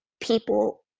people